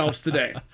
today